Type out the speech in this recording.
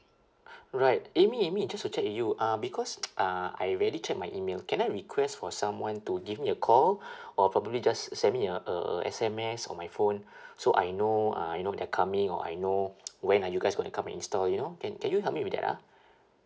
right amy amy just to check with you uh because uh I rarely check my email can I request for someone to give me a call or probably just send me a a a S_M_S on my phone so I know uh you know they're coming or I know when are you guys gonna come and install you know can can you help me with that ah